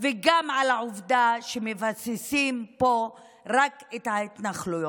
וגם על העובדה שמבססים פה רק את ההתנחלויות.